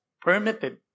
permitted